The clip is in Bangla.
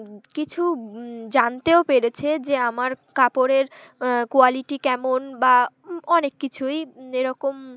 কিছু জানতেও পেরেছে যে আমার কাপড়ের কোয়ালিটি কেমন বা অনেক কিছুই এরকম